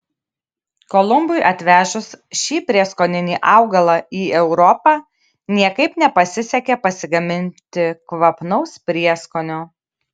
kolumbui atvežus šį prieskoninį augalą į europą niekaip nepasisekė pasigaminti kvapnaus prieskonio